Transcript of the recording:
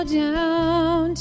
down